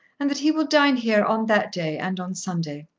and that he will dine here on that day and on sunday.